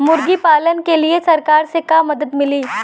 मुर्गी पालन के लीए सरकार से का मदद मिली?